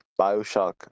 Bioshock